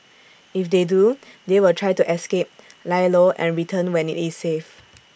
if they do they will try to escape lie low and return when IT is safe